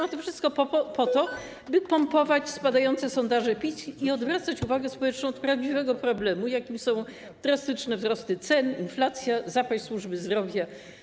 A to wszystko po to, by pompować spadające sondaże PiS i odwracać uwagę społeczną od prawdziwego problemu, jakim są drastyczne wzrosty cen, inflacja, zapaść służby zdrowia.